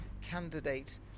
candidate